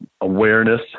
awareness